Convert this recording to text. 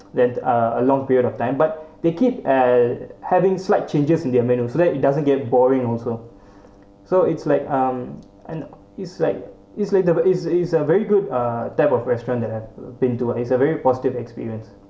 then uh a long period of time but they keep eh having slight changes in their menu so that it doesn't get boring also so it's like um and it's like it's like the it's it's a very good uh type of restaurant that I have been to it's a very positive experience